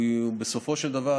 בסופו של דבר,